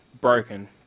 broken